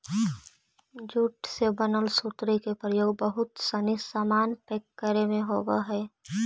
jute से बनल सुतरी के प्रयोग बहुत सनी सामान पैक करे में होवऽ हइ